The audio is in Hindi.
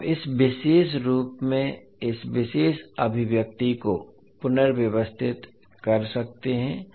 तो आप इस विशेष रूप में इस विशेष अभिव्यक्ति को पुनर्व्यवस्थित कर सकते हैं